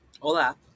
Hola